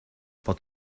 but